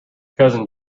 cousin